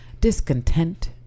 discontent